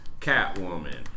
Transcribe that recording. Catwoman